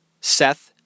Seth